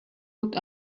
looked